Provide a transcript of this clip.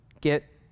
get